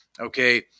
okay